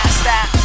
stop